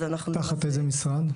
אז אנחנו --- תחת איזה משרד?